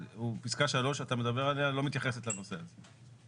פיסקה 3 שאתה מדבר עליה לא מתייחסת לנושא הזה.